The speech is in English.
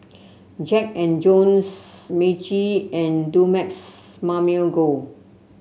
Jack And Jones Meiji and Dumex Mamil Gold